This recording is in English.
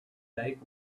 date